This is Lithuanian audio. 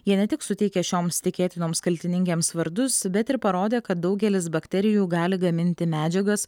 jie ne tik suteikė šioms tikėtinoms kaltininkėms vardus bet ir parodė kad daugelis bakterijų gali gaminti medžiagas